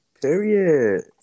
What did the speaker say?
period